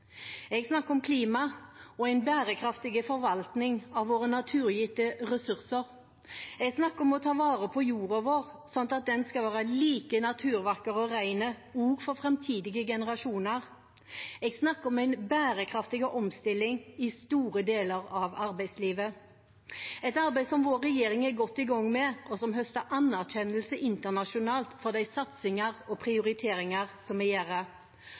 Jeg snakker om klima og en bærekraftig forvaltning av våre naturgitte ressurser. Jeg snakker om å ta vare på jorda vår, slik at den skal være like naturvakker og ren også for framtidige generasjoner. Jeg snakker om en bærekraftig omstilling i store deler av arbeidslivet, et arbeid vår regjering er godt i gang med, og som høster anerkjennelse internasjonalt for de satsinger og prioriteringer